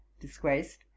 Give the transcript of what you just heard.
disgraced